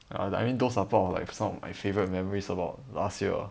err I mean those are part of like some of my favourite memories about last year